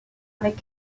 avec